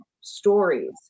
stories